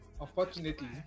unfortunately